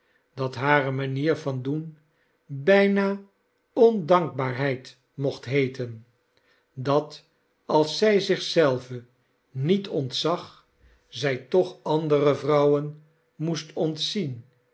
dat hare manier van doen bijna ondankbaarheid mocht heeten dat als zij zich zelve niet ontzag zij toch andere vrouwen moest ontzien